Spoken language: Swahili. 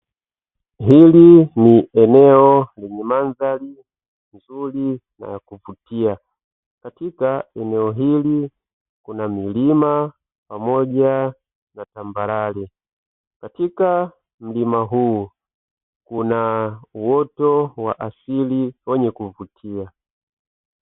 Hili ni eneo lenye mandari nzuri na ya kuvutia, katika eneo hili kuna milima pamoja na tambarare, katika mlima huu kuna uoto wa asili wenye kuvutia.